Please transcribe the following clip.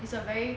it's a very